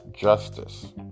justice